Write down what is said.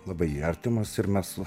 labai artimas ir mes